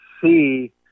see